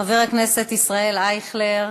חבר הכנסת ישראל אייכלר,